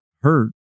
hurt